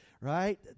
right